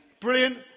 Brilliant